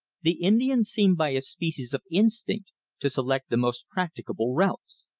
the indian seemed by a species of instinct to select the most practicable routes.